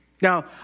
Now